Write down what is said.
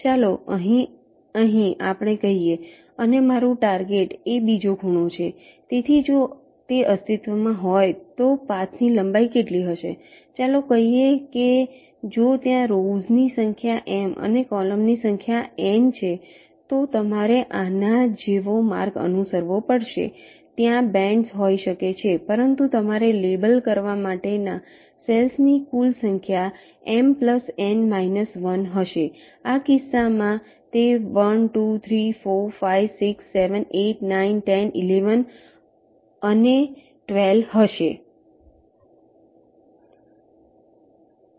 ચાલો અહીં આપણે કહીએ અને મારું ટાર્ગેટ એ બીજો ખૂણો છે તેથી જો તે અસ્તિત્વમાં હોય તો પાથની લંબાઈ કેટલી હશે ચાલો કહીએ કે જો ત્યાં રોવ્સ ની સંખ્યા M અને કૉલમની સંખ્યા N છે તો તમારે આના જેવો માર્ગ અનુસરવો પડશે ત્યાં બેન્ડ્સ હોઈ શકે છે પરંતુ તમારે લેબલ કરવા માટેના સેલ્સ ની કુલ સંખ્યા M N −1 હશે આ કિસ્સામાં તે 1 2 3 4 5 6 7 8 9 10 11 અને હશે 12